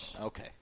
Okay